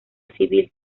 civil